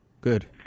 good